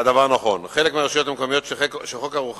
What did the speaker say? חבר הכנסת נסים זאב שאל את שר החינוך